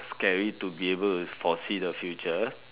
scary to be able to foresee the future